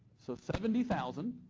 so seventy thousand,